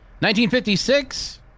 1956